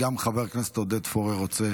גם חבר הכנסת עודד פורר רוצה